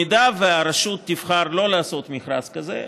אם הרשות תבחר שלא לעשות מכרז כזה,